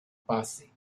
passé